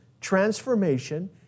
transformation